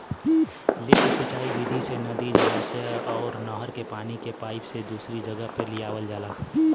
lift सिंचाई विधि से नदी, जलाशय अउर नहर के पानी के पाईप से दूसरी जगह पे लियावल जाला